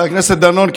חבר הכנסת דנון,